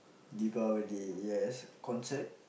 Deepavali yes concert